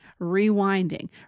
rewinding